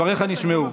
דבריך נשמעו.